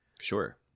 Sure